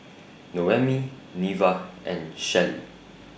Noemi Neva and Shellie